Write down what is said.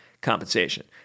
compensation